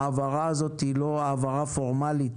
ההעברה הזאת היא לא העברה פורמלית